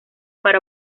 para